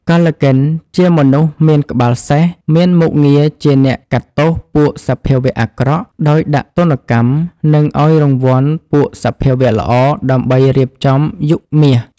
កល្កិនជាមនុស្សមានក្បាលសេះ មានមុខងារជាអ្នកកាត់ទោសពួកសភាវៈអាក្រក់ ដោយដាក់ទណ្ឌកម្ម និងឱ្យរង្វាន់ពួកសភាវៈល្អដើម្បីរៀបចំយុគមាស។